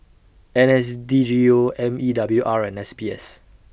N S D G O M E W R and S B S